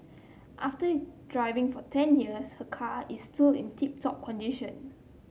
after driving for ten years her car is still in tip top condition